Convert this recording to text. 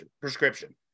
prescription